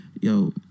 Yo